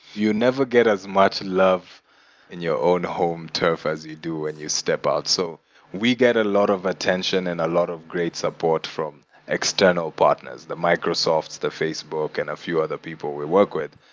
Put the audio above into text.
you never get as much love in your own home turf as you do when and you step out. so we get a lot of attention and a lot of great support from external partners the microsofts, the facebook, and a few other people we work with.